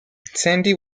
sandy